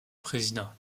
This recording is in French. président